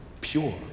pure